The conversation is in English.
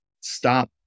stop